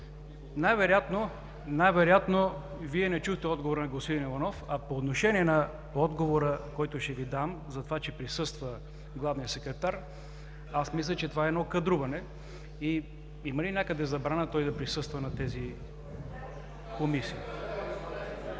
Най-вероятно Вие не чухте отговора на господин Иванов. По отношение на отговора, който ще Ви дам за това, че присъства главният секретар, мисля, че това е кадруване. Има ли някъде забрана той да присъства на тези комисии?